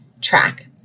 track